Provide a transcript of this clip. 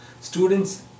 Students